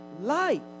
life